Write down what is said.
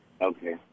okay